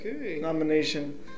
nomination